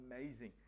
amazing